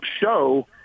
show